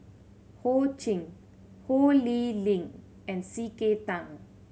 Ho Ching Ho Lee Ling and C K Tang